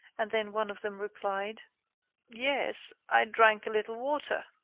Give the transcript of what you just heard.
and then one of them replied yes, i drank a little water.